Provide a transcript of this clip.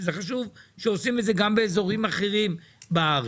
זה חשוב שעושים את זה גם באזורים אחרים בארץ,